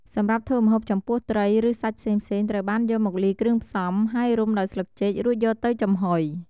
សម្រាប់ធ្វើម្ហូប ចំពោះត្រី ឬសាច់ផ្សេងៗ ត្រូវបានយកមកលាយគ្រឿងផ្សំ ហើយរុំដោយស្លឹកចេក រួចយកទៅចំហុយ។